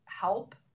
help